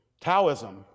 Taoism